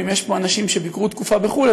ואם יש פה אנשים שביקרו תקופה בחו"ל,